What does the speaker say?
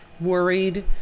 worried